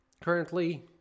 currently